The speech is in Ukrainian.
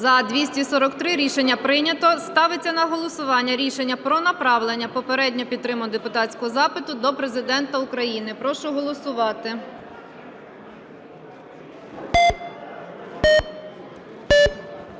За-243 Рішення прийнято. Ставиться на голосування рішення про направлення попередньо підтриманого депутатського запиту до Президента України. Прошу голосувати.